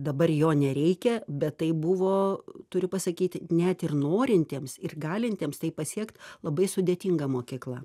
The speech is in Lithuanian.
dabar jo nereikia bet tai buvo turiu pasakyti net ir norintiems ir galintiems tai pasiekt labai sudėtinga mokykla